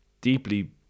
deeply